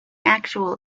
actual